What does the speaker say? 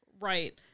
Right